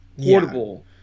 portable